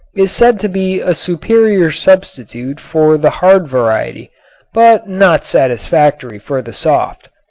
is said to be a superior substitute for the hard variety but not satisfactory for the soft.